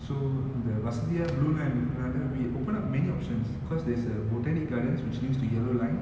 so the வசதியா:vasathiyaa blue line நால:naala we opened up many options cause there's a botanic gardens which links to yellow line